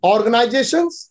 Organizations